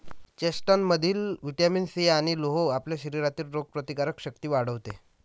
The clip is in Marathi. चेस्टनटमधील व्हिटॅमिन सी आणि लोह आपल्या शरीरातील रोगप्रतिकारक शक्ती वाढवते